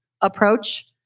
approach